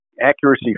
accuracy